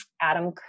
Adam